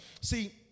See